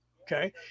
Okay